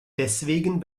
deswegen